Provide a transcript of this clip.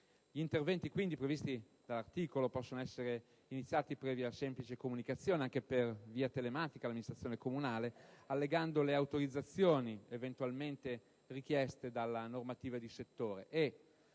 Gli interventi, quindi, previsti dall'articolo possono essere iniziati previa semplice comunicazione anche per via telematica all'amministrazione comunale, allegando le autorizzazioni eventualmente richieste dalla normativa di settore e,